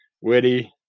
witty